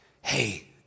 Hey